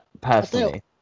personally